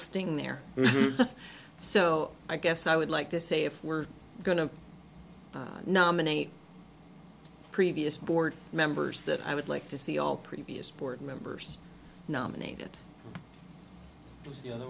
sting there so i guess i would like to say if we're going to nominate previous board members that i would like to see all previous board members nominated as